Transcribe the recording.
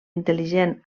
intel·ligent